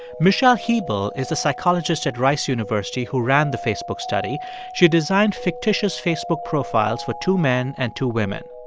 michelle hebl is a psychologist at rice university who ran the facebook study she designed fictitious facebook profiles for two men and two women.